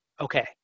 Okay